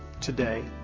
today